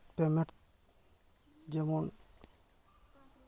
payment ᱡᱮᱢᱚᱱ